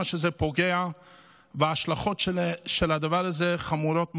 זה פוגע וההשלכות של הדבר הזה חמורות מאוד.